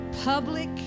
public